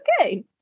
okay